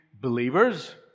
believers